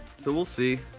so we'll see,